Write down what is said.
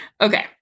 Okay